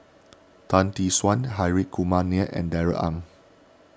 Tan Tee Suan Hri Kumar Nair and Darrell Ang